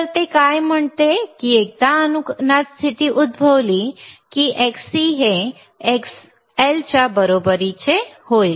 तर ते काय म्हणते की एकदा अनुनाद स्थिती उद्भवली की Xl हे Xc च्या बरोबरीचे होईल